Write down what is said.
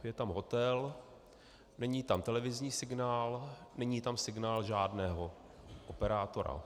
Je tam hotel, není tam televizní signál, není tam signál žádného mobilního operátora.